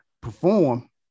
perform